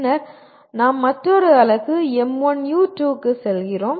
பின்னர் நாம் மற்றொரு அலகு M1U2 க்கு செல்கிறோம்